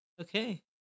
Okay